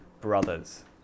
brothers